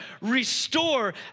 restore